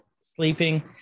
sleeping